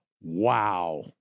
Wow